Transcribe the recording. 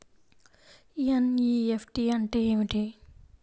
NEFT అంటే ఏమిటీ?